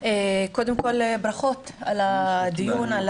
קודם כל ברכות על הדיון,